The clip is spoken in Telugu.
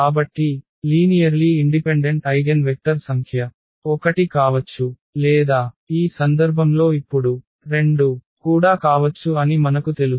కాబట్టిలీనియర్లీ ఇండిపెండెంట్ ఐగెన్వెక్టర్ సంఖ్య 1 కావచ్చు లేదా ఈ సందర్భంలో ఇప్పుడు 2 కూడా కావచ్చు అని మనకు తెలుసు